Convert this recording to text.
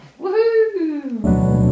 Woohoo